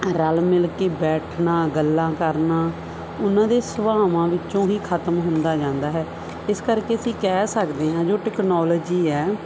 ਰਲ ਮਿਲ ਕੇ ਬੈਠਣਾ ਗੱਲਾਂ ਕਰਨਾ ਉਹਨਾਂ ਦੇ ਸੁਭਾਵਾਂ ਵਿੱਚੋਂ ਹੀ ਖ਼ਤਮ ਹੁੰਦਾ ਜਾਂਦਾ ਹੈ ਇਸ ਕਰਕੇ ਅਸੀਂ ਕਹਿ ਸਕਦੇ ਹਾਂ ਜੋ ਟੈਕਨੋਲੋਜੀ ਹੈ